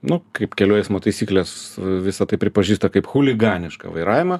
nu kaip kelių eismo taisyklės visa tai pripažįsta kaip chuliganišką vairavimą